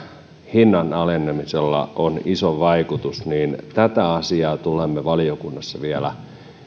hinnan alenemisella on iso vaikutus niin tätä asiaa tulemme valiokunnassa vielä